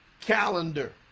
calendar